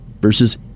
versus